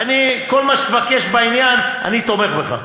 ואני, כל מה שתבקש בעניין, אני תומך בך.